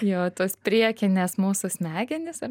jo tos priekinės mūsų smegenys ar